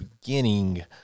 beginning